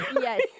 Yes